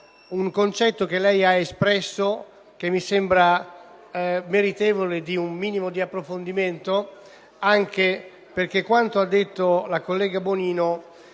un concetto che lei ha espresso e che mi sembra meritevole di un minimo di approfondimento, anche perché quanto detto dalla collega Bonino